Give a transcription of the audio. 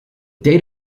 date